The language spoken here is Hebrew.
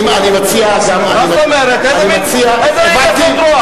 אני מציע, מה זאת אומרת, איזה מין גסות רוח?